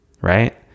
right